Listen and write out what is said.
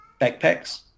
backpacks